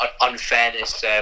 unfairness